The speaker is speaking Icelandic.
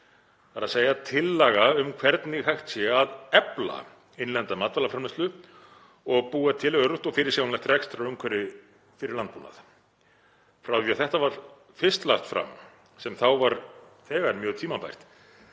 Það er tillaga um hvernig hægt sé að efla innlenda matvælaframleiðslu og búa til öruggt og fyrirsjáanlegt rekstrarumhverfi fyrir landbúnað. Frá því að þetta var fyrst lagt fram, sem þá var þegar mjög tímabært,